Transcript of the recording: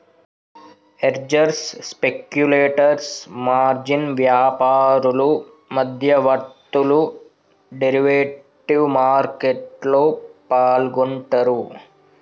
hedgers, speculators, margin వ్యాపారులు, మధ్యవర్తులు derivative మార్కెట్లో పాల్గొంటరు